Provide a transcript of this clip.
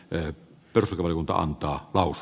peppers koivuntainta alus